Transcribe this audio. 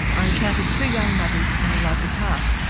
i encountered two young mothers in the local park,